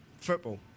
Football